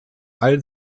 all